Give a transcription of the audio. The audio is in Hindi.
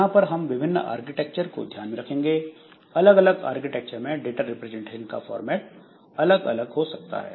यहां पर हम विभिन्न आर्किटेक्चर को ध्यान में रखेंगे अलग अलग आर्किटेक्चर में डाटा रिप्रेजेंटेशन का फॉर्मेट अलग हो सकता है